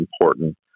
important